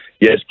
Yes